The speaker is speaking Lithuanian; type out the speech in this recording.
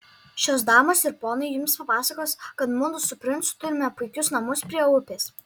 šios damos ir ponai jums papasakos kad mudu su princu turime puikius namus prie upės